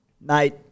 Mate